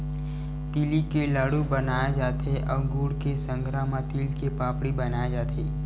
तिली के लाडू बनाय जाथे अउ गुड़ के संघरा म तिल के पापड़ी बनाए जाथे